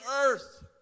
earth